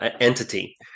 entity